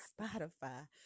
Spotify